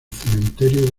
cementerio